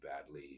badly